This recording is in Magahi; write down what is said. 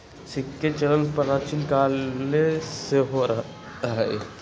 सिक्काके चलन प्राचीन काले से हो रहल हइ